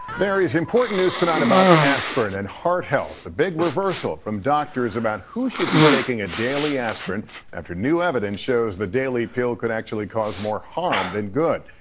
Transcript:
there is important news tonight about aspirin and heart health. a big reversal from doctors about who should be taking a daily aspirin after new evidence shows the daily pill could actually cause more harm than good.